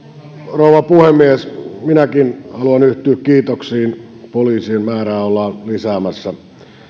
rouva puhemies minäkin haluan yhtyä kiitoksiin siitä että poliisien määrää ollaan lisäämässä